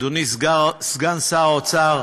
אדוני סגן שר האוצר